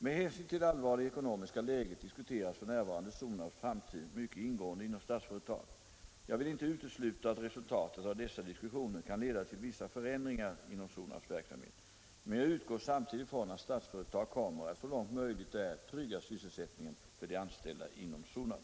Med hänsyn till det allvarliga eko 4 december 1975 nomiska läget diskuteras f.n. Sonabs framtid mycket ingående inom I Statsföretag. Jag vill inte utesluta att resultatet av dessa diskussioner - Om åtgärder för att kan leda till att Statsföretag kommer att så långt möjligt är trygga sys — säkerställa syssel